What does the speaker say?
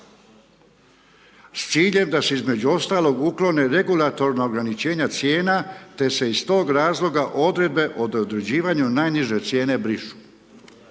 s ciljem da se između ostalog uklone regulatorna ograničenja cijena te se iz tog razloga odredbe o određivanju najniže cijene brišu.